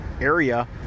area